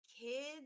kids